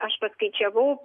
aš paskaičiavau